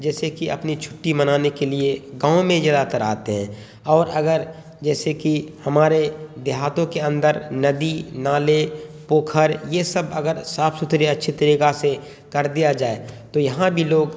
جیسے کہ اپنی چھٹی منانے کے لیے گاؤں میں زیادہ تر آتے ہیں اور اگر جیسے کہ ہمارے دیہاتوں کے اندر ندی نالے پوکھر یہ سب اگر صاف ستھرے اچھی طریقہ سے کر دیا جائے تو یہاں بھی لوگ